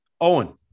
Owen